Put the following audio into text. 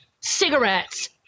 cigarettes